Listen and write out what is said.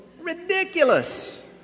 ridiculous